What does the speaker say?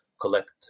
collect